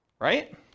right